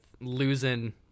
losing